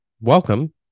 Welcome